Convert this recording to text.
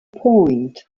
point